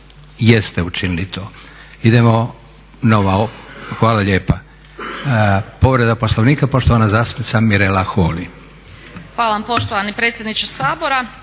jeste učinili to. Idemo nova, hvala lijepa. Povreda Poslovnika, poštovana zastupnica Mirela Holy.